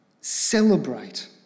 celebrate